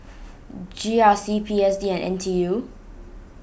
G R C P S D and N T U